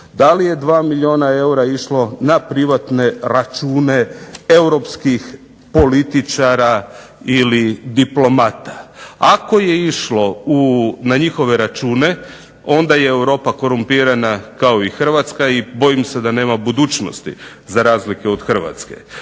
Da li je 2 milijuna eura išlo na privatne račune europskih političara ili diplomata? Ako je išlo na njihove račune, onda je i Europa korumpirana kao i Hrvatska i bojim se da nema budućnosti za razliku od Hrvatske.